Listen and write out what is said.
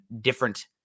different